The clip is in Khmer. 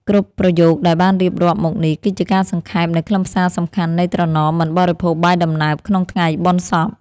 គ្រប់ប្រយោគដែលបានរៀបរាប់មកនេះ គឺជាការសង្ខេបនូវខ្លឹមសារសំខាន់នៃត្រណមមិនបរិភោគបាយដំណើបក្នុងថ្ងៃបុណ្យសព។